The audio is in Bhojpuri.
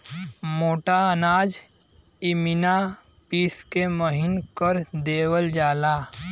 मोटा अनाज इमिना पिस के महीन कर देवल जाला